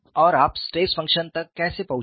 और आप stress function तक कैसे पहुंचे